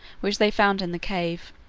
which they found in the cave.